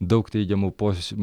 daug teigiamų pos